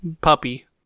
puppy